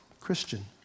Christian